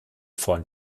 von